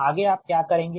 आगे आप क्या करेंगे